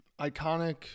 iconic